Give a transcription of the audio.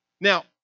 Now